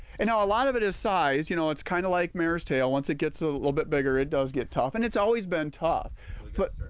and now a lot of it is size, you know it's kind of like mare's tail, once it gets a little bit bigger, it does get tough and it's always been tough but